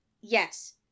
Yes